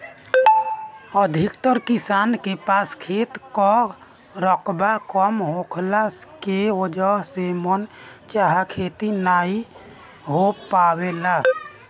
अधिकतर किसान के पास खेत कअ रकबा कम होखला के वजह से मन चाहा खेती नाइ हो पावेला